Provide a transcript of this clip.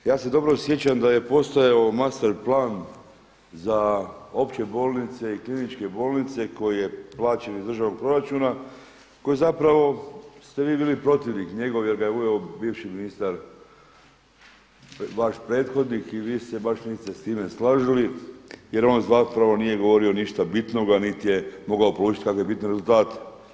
Ja se dobro sjećam da je postojao master plan za opće bolnice i kliničke bolnice koje plaćaju iz državnog proračuna, koje zapravo ste vi bili protivnik njegov jer ga je uveo bivši ministar vaš prethodnik i vi se baš niste s time složili, jer on zapravo nije govorio ništa bitnoga niti je mogao polučiti kakve bitne rezultate.